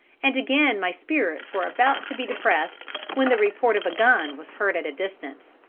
and again my spirits were about to be depressed when the report of a gun was heard at a distance.